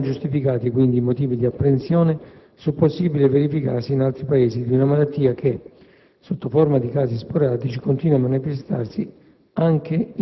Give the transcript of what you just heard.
Non appaiono giustificati quindi i motivi di apprensione sul possibile verificarsi in altri Paesi di una malattia che, sotto forma di casi sporadici, continua a manifestarsi